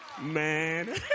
Man